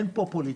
אין פה פוליטיקה.